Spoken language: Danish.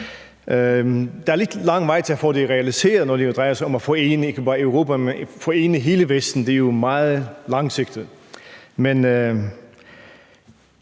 Der er lidt lang vej til at få det realiseret, når det ikke bare drejer sig om at forene Europa, men hele Vesten; det er jo meget langsigtet.